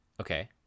Okay